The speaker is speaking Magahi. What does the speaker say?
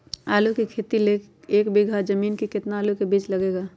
आलू की खेती के लिए एक बीघा जमीन में कितना आलू का बीज लगेगा?